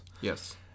Yes